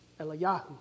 Eliyahu